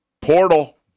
Portal